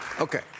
Okay